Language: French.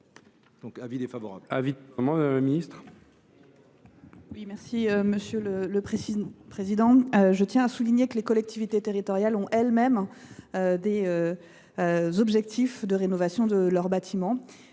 un avis défavorable